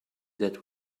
that